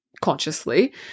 consciously